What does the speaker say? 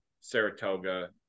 Saratoga